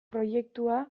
proiektua